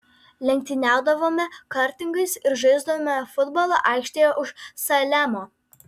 lenktyniaudavome kartingais ir žaisdavome futbolą aikštėje už salemo